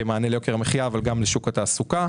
כמענה ליוקר המחייה ולשוק התעסוקה,